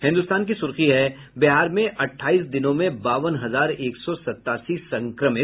हिन्दुस्तान की सुर्खी है बिहार में अट्ठाईस दिनों में बावन हजार एक सौ सतासी संक्रमित